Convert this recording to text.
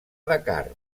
dakar